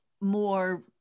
more